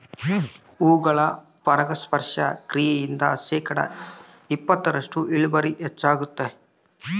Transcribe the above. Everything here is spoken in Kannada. ಹೂಗಳ ಪರಾಗಸ್ಪರ್ಶ ಕ್ರಿಯೆಯಿಂದ ಶೇಕಡಾ ಇಪ್ಪತ್ತರಷ್ಟು ಇಳುವರಿ ಹೆಚ್ಚಾಗ್ತದ